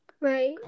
right